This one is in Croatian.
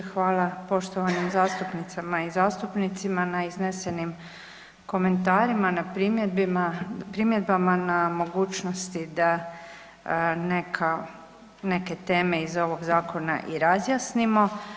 Hvala poštovanim zastupnicama i zastupnicima na iznesenim komentarima, na primjedbama, na mogućnosti da neka, neke teme iz ovog zakona i razjasnimo.